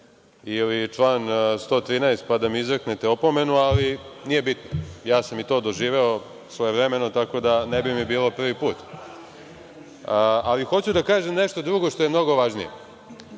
ili član 113, pa da mi izreknete opomenu, ali nije bitno. Ja sam i to doživeo svojevremeno, tako da ne bi mi bilo prvi put. Hoću da kažem nešto drugo što je mnogo važnije,